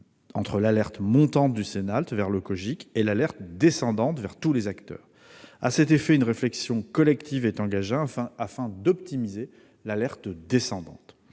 entre l'alerte « montante » du Cenalt vers le Cogic et l'alerte « descendante » vers tous les acteurs. À cet effet, une réflexion collective est engagée afin d'optimiser cette alerte « descendante